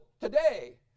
today